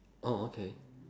oh okay